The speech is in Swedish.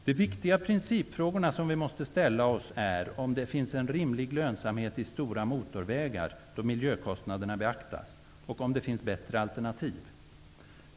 De viktiga principfrågorna som vi måste ställa oss är om det finns en rimlig lönsamhet i stora motorvägar, då miljökostnaderna beaktas, och om det finns bättre alternativ.